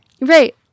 right